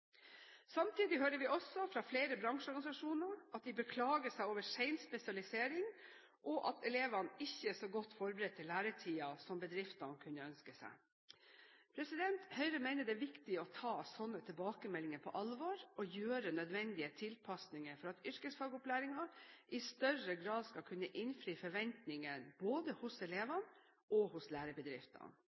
Samtidig hører vi også fra flere bransjeorganisasjoner at de beklager seg over sen spesialisering, og at elevene ikke er så godt forberedt til læretiden som bedriftene kunne ønske. Høyre mener det er viktig å ta sånne tilbakemeldinger på alvor, og gjøre nødvendige tilpasninger for at yrkesfagopplæringen i større grad skal kunne innfri forventningene både hos elevene og hos